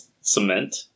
cement